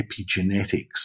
epigenetics